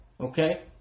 Okay